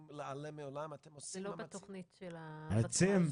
להיעלם מהעולם -- זה לא בתכנית של הוותמ"ל,